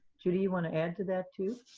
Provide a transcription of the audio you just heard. judy, you want to add to that too?